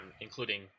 including